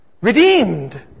Redeemed